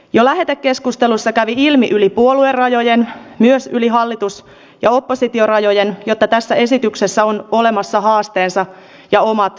jo lähetekeskustelussa kävi ilmi yli puoluerajojen myös yli hallitus ja oppositiorajojen että tässä esityksessä on olemassa haasteensa ja omat vaaransa